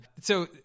So-